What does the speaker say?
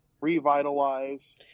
revitalize